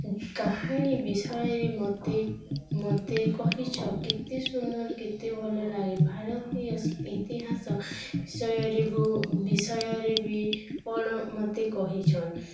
କାହାଣୀ ବିଷୟରେ ମୋତେ ମୋତେ କହିଛ କେତେ ସୁନ୍ଦର କେତେ ଭଲ ଲାଗେ ଭାରତୀୟ ଇତିହାସ ବିଷୟରେ ବୋ ବିଷୟରେ ବି କ'ଣ ମୋତେ କହିଛନ୍